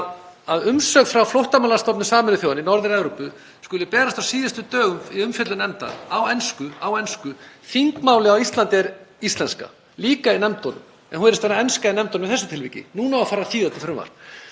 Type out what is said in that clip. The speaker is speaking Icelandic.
að umsögn frá Flóttamannastofnun Sameinuðu þjóðanna í Norður-Evrópu skuli berast á síðustu dögum í umfjöllun nefndar á ensku — á ensku. Þingmálið á Íslandi er íslenska, líka í nefndunum, en það virðist vera enska í nefndunum í þessu tilviki. Núna á að fara að þýða þetta frumvarp.